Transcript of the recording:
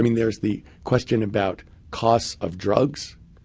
i mean there's the question about costs of drugs.